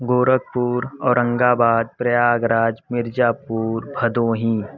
Gorakhpur Aurangabad Prayagraj Mirzapur Bhadohi